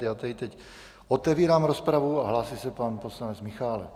Já tedy teď otevírám rozpravu a hlásí se pan poslanec Michálek.